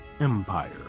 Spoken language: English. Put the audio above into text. Empire